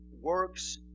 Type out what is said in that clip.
works